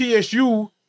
TSU